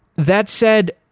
that said,